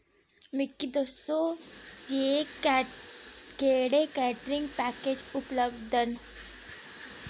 मिगी दस्सो जे केह्ड़े कैटरिंग पैकेज उपलब्ध न